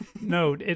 no